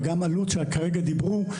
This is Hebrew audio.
וגם אלו"ט שכרגע דיברו,